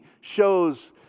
shows